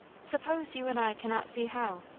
suppose you and i cannot see how?